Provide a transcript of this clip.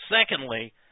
Secondly